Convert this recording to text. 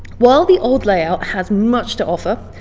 while the old layout has much to offer,